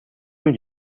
rue